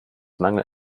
mangel